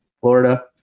Florida